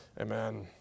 Amen